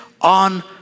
on